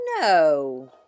No